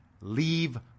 leave